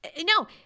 no